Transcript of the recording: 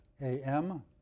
A-M